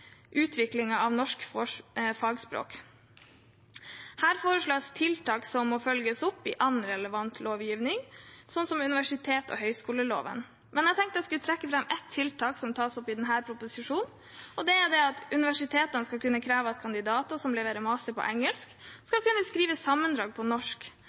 av norsk fagspråk. Her foreslås tiltak som må følges opp i annen relevant lovgivning, som universitets- og høyskoleloven. Jeg tenkte jeg skulle trekke fram ett tiltak som tas opp i denne proposisjonen, og det er at universitetene skal kunne kreve at kandidater som leverer master på engelsk, skal kunne skrive sammendrag på norsk.